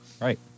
Right